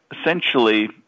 essentially